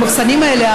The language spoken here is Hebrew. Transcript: במחסנים האלה,